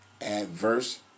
adverse